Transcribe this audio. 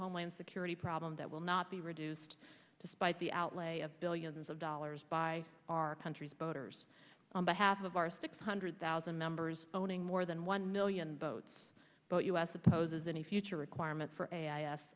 homeland security problem that will not be reduced despite the outlay of billions of dollars by our country's boaters on behalf of our six hundred thousand members owning more than one million votes but us opposes any future requirement for